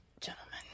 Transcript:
gentlemen